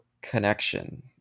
connection